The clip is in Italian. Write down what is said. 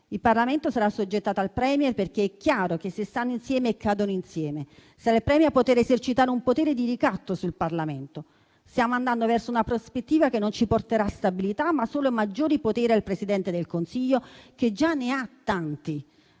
Il Parlamento sarà assoggettato al *Premier*, perché è chiaro che se stanno insieme cadono insieme. Sarà il *Premier* a poter esercitare un potere di ricatto sul Parlamento. Stiamo andando verso una prospettiva che non porterà stabilità, ma solo più poteri al Presidente del Consiglio, che già ne ha tanti.